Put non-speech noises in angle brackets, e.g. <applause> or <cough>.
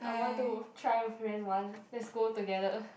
I want to try and rent one let's go together <laughs>